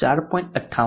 તેથી 4